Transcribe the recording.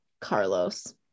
Carlos